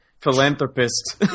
Philanthropist